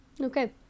Okay